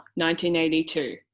1982